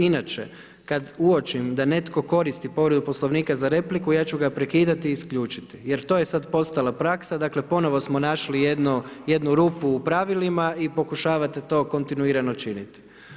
Inače, kad uočim da netko koristi povredu Poslovnika za repliku ja ću ga prekidati i isključiti, jer to je sad postala praksa, dakle ponovo smo našli jednu, jednu rupu u pravilima i pokušavate to kontinuirano činiti.